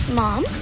mom